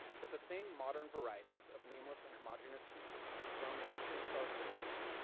but the same modern varieties of nameless and homogenous wheat are grown in nutrient-starved soils,